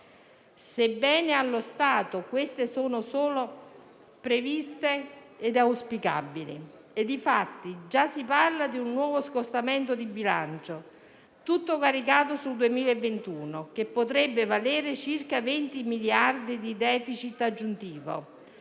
(sebbene, allo stato, queste siano solo previste e auspicabili). Infatti, già si parla di un nuovo scostamento di bilancio tutto caricato sul 2021, che potrebbe valere circa 20 miliardi di *deficit* aggiuntivo